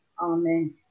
Amen